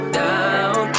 down